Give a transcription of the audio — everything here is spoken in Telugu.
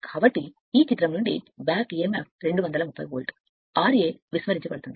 కాబట్టి ఈ చిత్రం నుండి తిరిగి emf 230 వోల్ట్ ra నిర్లక్ష్యం చేయబడింది